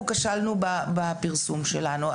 סליחה, אנחנו כשלנו בפרסום שלנו.